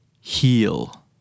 heal